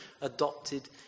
adopted